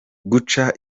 guca